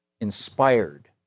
inspired